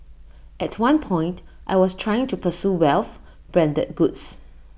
at one point I was trying to pursue wealth branded goods